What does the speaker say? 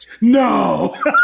No